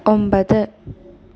ഒമ്പത്